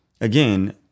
Again